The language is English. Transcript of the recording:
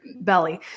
belly